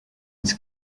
its